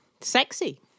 sexy